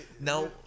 Now